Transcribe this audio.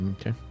Okay